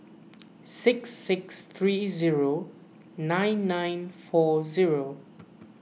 six six three zero nine nine four zero